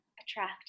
attract